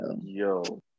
yo